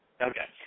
Okay